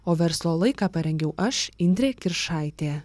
o verslo laiką parengiau aš indrė kiršaitė